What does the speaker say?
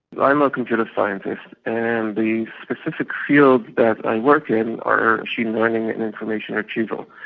i'm a computer scientist, and the specific fields that i work in are machine learning and information retrieval.